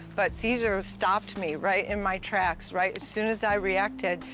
but cesar stopped me right in my tracks. right as soon as i reacted,